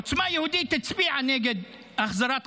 עוצמה יהודית הצביעה נגד החזרת החטופים,